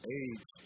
age